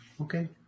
Okay